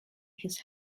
his